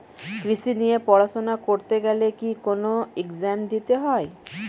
কৃষি নিয়ে পড়াশোনা করতে গেলে কি কোন এগজাম দিতে হয়?